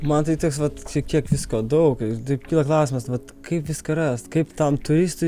man tai toks vat čia tiek visko daug ir taip kyla klausimas vat kaip viską rast kaip tam turistui